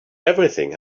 everything